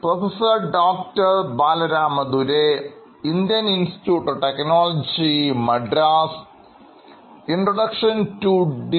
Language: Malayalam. പ്രൊഫസർബാല ഓക്കേ